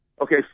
Okay